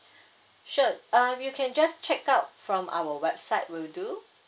sure um you can just check out from our website will do